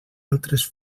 altres